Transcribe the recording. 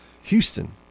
Houston